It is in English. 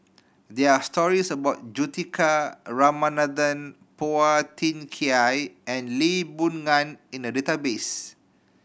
there are stories about Juthika Ramanathan Phua Thin Kiay and Lee Boon Ngan in the database